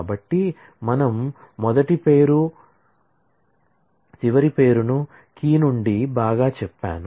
కాబట్టి మనం మొదటి పేరు చివరి పేరును కీ నుండి బాగా చెప్పాను